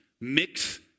mix